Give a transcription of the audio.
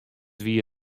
wie